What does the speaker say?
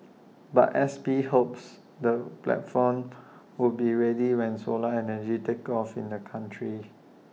but S P hopes the platform would be ready when solar energy takes off in the country